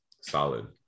solid